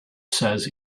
says